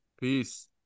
peace